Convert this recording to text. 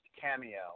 cameo